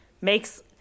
makes